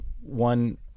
one